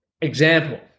Example